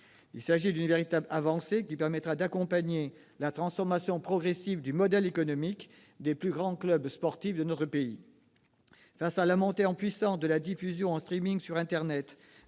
Il s'agit d'une véritable avancée, qui permettra d'accompagner la transformation progressive du modèle économique des plus grands clubs sportifs de notre pays. Face à la montée en puissance de la diffusion en sur internet